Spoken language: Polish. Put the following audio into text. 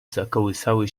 zakołysały